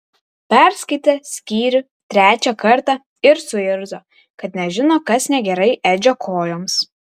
perskaitė skyrių trečią kartą ir suirzo kad nežino kas negerai edžio kojoms